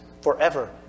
forever